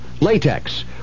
Latex